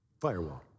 firewall